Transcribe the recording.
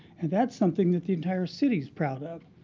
and that's something that the entire city is proud of.